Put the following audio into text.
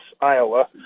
iowa